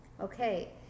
Okay